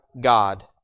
God